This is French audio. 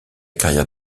carrière